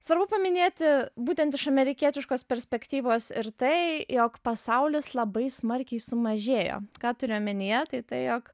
svarbu paminėti būtent iš amerikietiškos perspektyvos ir tai jog pasaulis labai smarkiai sumažėjo ką turiu omenyje tai tai jog